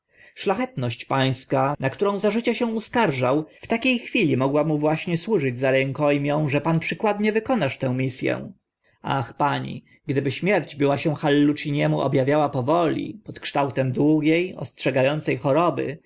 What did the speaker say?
szlachetność pańska na którą za życia się uskarżał w takie chwili mogła mu właśnie służyć za ręko mię że pan przykładnie wykonasz tę mis ę ach pani gdyby śmierć była się halluciniemu ob awiała powoli pod kształtem długie ostrzega ące choroby